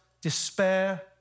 despair